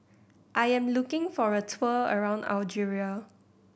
I am looking for a tour around Algeria